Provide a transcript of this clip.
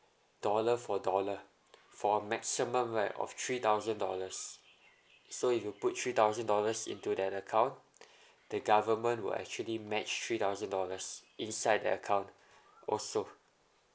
dollar for dollar for maximum right of three thousand dollars so if you put three thousand dollars into their account the government will actually match three thousand dollars inside the account also